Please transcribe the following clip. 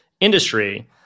industry